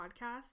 podcast